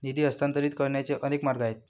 निधी हस्तांतरित करण्याचे अनेक मार्ग आहेत